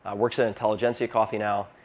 works at intelligentsia coffee now,